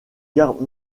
garde